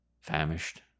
Famished